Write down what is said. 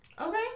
Okay